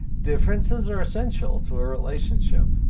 differences are essential to our relationship.